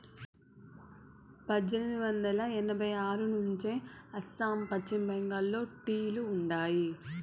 పద్దెనిమిది వందల ఎనభై ఆరు నుంచే అస్సాం, పశ్చిమ బెంగాల్లో టీ లు ఉండాయి